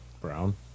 Brown